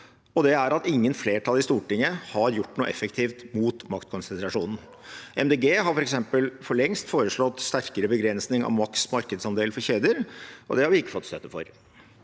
som er at ingen flertall i Stortinget har gjort noe effektivt mot maktkonsentrasjonen. Miljøpartiet De Grønne har f.eks. for lengst foreslått sterkere begrensning av maks markedsandel for kjeder, og det har vi ikke fått støtte for.